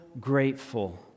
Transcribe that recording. grateful